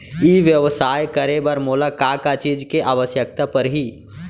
ई व्यवसाय करे बर मोला का का चीज के आवश्यकता परही?